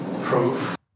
proof